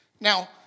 Now